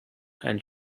and